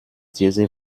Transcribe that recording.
diese